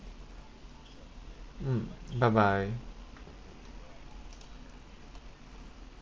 mm bye bye